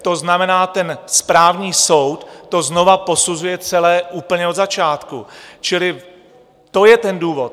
To znamená, správní soud to znovu posuzuje celé úplně od začátku, čili to je ten důvod.